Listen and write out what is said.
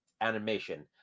animation